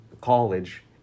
college